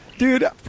Dude